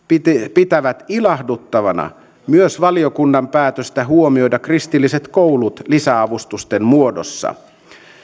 pitävät ilahduttavana myös valiokunnan päätöstä huomioida kristilliset koulut lisäavustusten muodossa